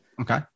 Okay